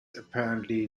apparently